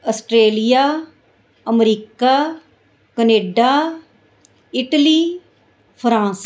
Australia America Canada Italy France